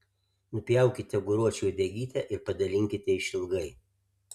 nupjaukite aguročiui uodegytę ir padalinkite išilgai